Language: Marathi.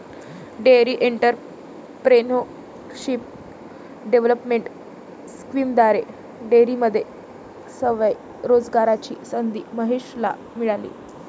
डेअरी एंटरप्रेन्योरशिप डेव्हलपमेंट स्कीमद्वारे डेअरीमध्ये स्वयं रोजगाराची संधी महेशला मिळाली